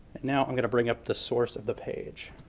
now i'm going to bring up the source of the page.